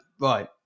Right